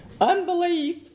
Unbelief